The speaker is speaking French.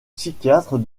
psychiatre